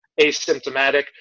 asymptomatic